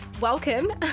Welcome